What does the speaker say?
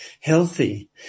healthy